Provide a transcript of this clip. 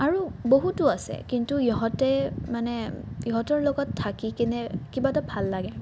আৰু বহুতো আছে কিন্তু ইহঁতে মানে ইহঁতৰ লগত থাকি কিনে কিবা এটা ভাল লাগে